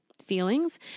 Feelings